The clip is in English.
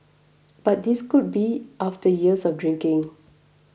but this could be after years of drinking